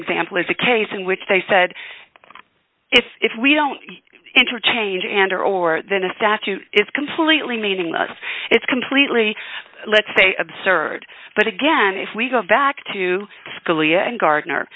example is a case in which they said if we don't interchange and or then a statute is completely meaningless it's completely let's say absurd but again if we go back to school ia and gardner